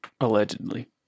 Allegedly